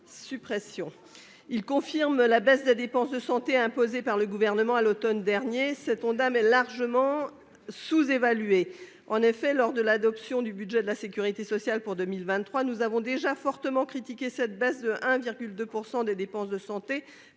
sous-objectifs. Il confirme la baisse des dépenses de santé imposée par le Gouvernement à l'automne dernier. L'Ondam est largement sous-évalué. Lors de l'adoption du budget de la sécurité sociale pour 2023, nous avons déjà fortement critiqué cette baisse de 1,2 % des dépenses de santé